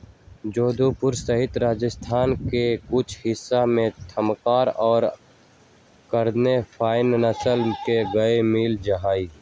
जोधपुर सहित राजस्थान के कुछ हिस्सा में थापरकर और करन फ्राइ नस्ल के गाय मील जाहई